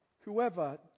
Whoever